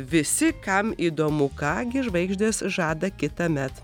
visi kam įdomu ką gi žvaigždės žada kitąmet